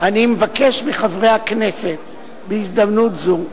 אני מבקש מחברי הכנסת, בהזדמנות זו,